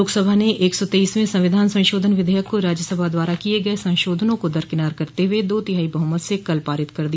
लोकसभा ने एक सौ तेईसवें संविधान संशोधन विधेयक को राज्यसभा द्वारा किए गए संशोधनों को दर किनार करते हुए दो तिहाई बहुमत से कल पारित कर दिया